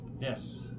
Yes